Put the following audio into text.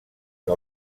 que